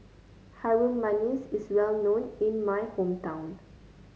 Harum Manis is well known in my hometown